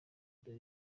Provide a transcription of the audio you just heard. dore